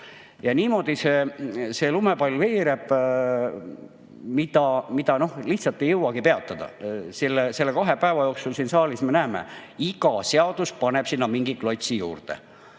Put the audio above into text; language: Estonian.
Ja niimoodi see lumepall veereb, seda lihtsalt ei jõuagi peatada. Nende kahe päeva jooksul siin saalis me oleme näinud, et iga seadus paneb mingi klotsi juurde.